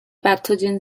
pathogen